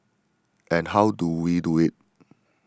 and how do we do it